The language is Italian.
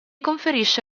conferisce